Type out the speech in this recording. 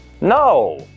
No